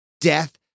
death